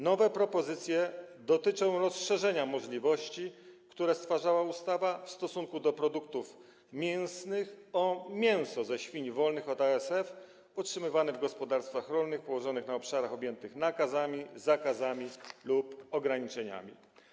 Nowe propozycje dotyczą rozszerzenia możliwości, które stwarzała ustawa w odniesieniu do produktów mięsnych, i objęcia nimi mięsa świń wolnych od ASF utrzymywanych w gospodarstwach rolnych położonych na obszarach objętych nakazami, zakazami lub ograniczeniami.